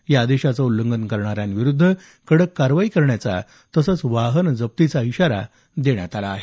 या आदेशाचं उल्लंघन करणाऱ्यांविरूद्ध कडक कारवाई करण्याचा तसंच वाहन जप्तीचा इशारा देण्यात आला आहे